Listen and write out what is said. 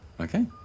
Okay